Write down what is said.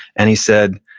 and he said,